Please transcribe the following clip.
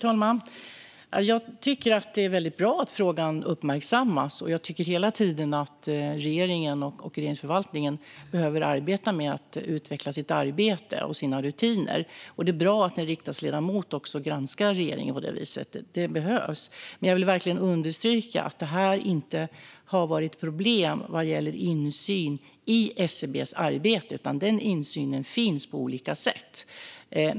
Fru talman! Jag tycker att det är bra att frågan uppmärksammas, och jag tycker att regeringen och regeringsförvaltningen hela tiden behöver arbeta med att utveckla sitt arbete och sina rutiner. Det är också bra att en riksdagsledamot granskar regeringen på det viset. Det behövs. Men jag vill verkligen understryka att det inte har varit problem vad gäller insyn i SCB:s arbete, utan den insynen finns på olika sätt.